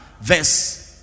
Verse